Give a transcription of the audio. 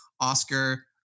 Oscar